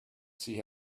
see